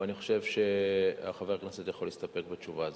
ואני חושב שחבר הכנסת יכול להסתפק בתשובה הזאת.